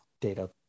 data